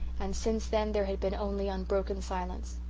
and since then there had been only unbroken silence.